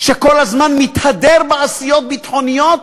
שכל הזמן מתהדר בעשיות ביטחוניות,